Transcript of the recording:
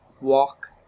walk